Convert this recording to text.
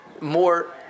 more